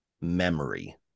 memory